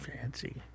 Fancy